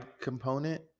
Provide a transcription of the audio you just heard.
component